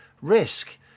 risk